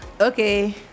Okay